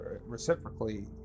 reciprocally